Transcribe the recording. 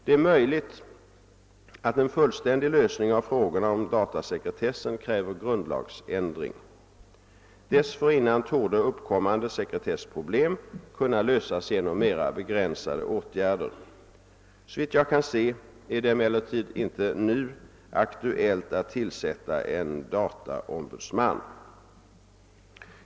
Det är möjligt att en fullständig lösning av frågorna om datasekretessen kräver grundlagsändring. Dessförinnan torde uppkommande sekretessproblem kunna lösas genom mera begränsade åtgärder. Såvitt jag kan se är det emellertid inte nu aktuellt att tillsätta en >dataombudsman>.